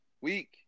Week